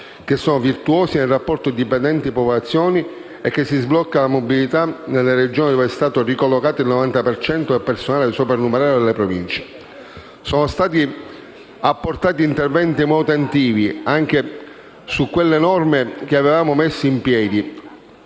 abitanti virtuosi nel rapporto dipendenti-popolazione e si sblocca la mobilità nelle Regioni dove è stato ricollocato il 90 per cento del personale soprannumerario delle Province. Sono stati apportati interventi manutentivi anche su quelle norme che avevano messo in piedi